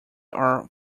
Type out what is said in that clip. are